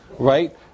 Right